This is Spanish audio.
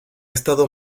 estado